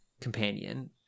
companion